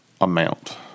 amount